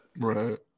Right